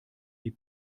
wie